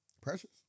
Precious